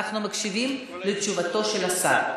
אנחנו מקשיבים לתשובתו של השר.